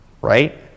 Right